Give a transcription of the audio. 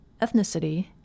ethnicity